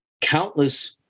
countless